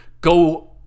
go